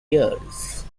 years